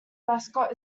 mascot